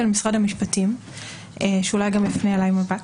למשרד המשפטים שאולי גם יפנה אליי מבט,